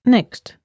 Next